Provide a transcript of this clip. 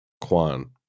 Kwan